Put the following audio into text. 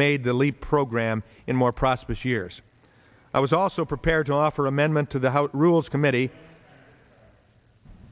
made the leap program in more prosperous years i was also prepared to offer amendment to the how to rules committee